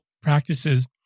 practices